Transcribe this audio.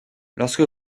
lorsque